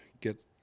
get